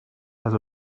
has